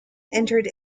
entered